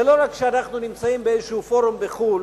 ולא רק כשאנחנו נמצאים באיזשהו פורום בחו"ל,